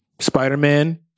Spider-Man